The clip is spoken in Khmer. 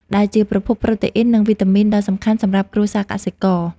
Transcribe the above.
ដែលជាប្រភពប្រូតេអ៊ីន និងវីតាមីនដ៏សំខាន់សម្រាប់គ្រួសារកសិករ។